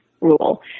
rule